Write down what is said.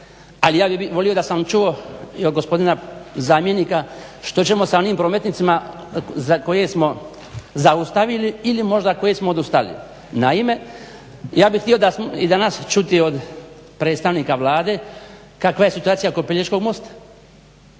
ali ja bih volio da sam čuo i od gospodina zamjenika što ćemo sa onim prometnicama za koje smo zaustavili ili možda koje smo odustali. Naime, ja bih htio danas čuti od predstavnika Vlade kakva je situacija oko Pelješkog mosta,